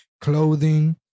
clothing